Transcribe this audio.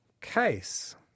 case